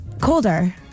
Colder